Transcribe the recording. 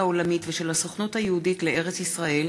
העולמית ושל הסוכנות היהודית לארץ-ישראל